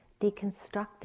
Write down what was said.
deconstructing